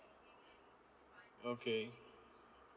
okay